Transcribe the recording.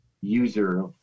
user